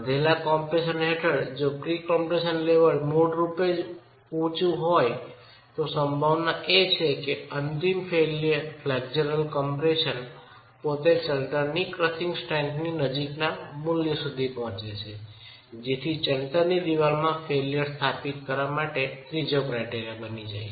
વધેલા કમ્પ્રેશન હેઠળ જો પ્રી કમ્પ્રેશન લેવલ મૂળરૂપે ઊચું હોય તો સંભાવના એ છે કે અંતિમ ફ્લેક્ચરલ કમ્પ્રેશન પોતે ચણતરની ક્રશિંગ સ્ટ્રેન્થ નજીકના મૂલ્ય સુધી પહોંચી છે જેથી ચણતરની દિવાલમાં ફેઇલ્યર સ્થાપિત કરવા માટેનો તે ત્રીજો ક્રાઈટેરિયા બની જાય છે